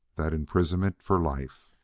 that imprisonment for life.